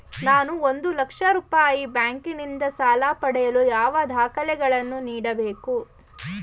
ನಾನು ಒಂದು ಲಕ್ಷ ರೂಪಾಯಿ ಬ್ಯಾಂಕಿನಿಂದ ಸಾಲ ಪಡೆಯಲು ಯಾವ ದಾಖಲೆಗಳನ್ನು ನೀಡಬೇಕು?